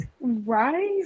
Right